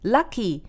Lucky